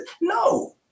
No